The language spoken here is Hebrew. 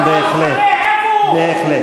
למה הוא מתחבא?